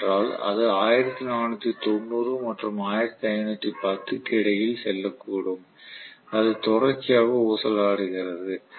M என்றால் அது 1490 மற்றும் 1510 க்கு இடையில் செல்லக்கூடும் அது தொடர்ச்சியாக ஊசலாடுகிறது